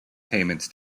payments